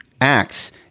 Acts